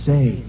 Say